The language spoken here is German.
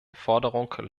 forderung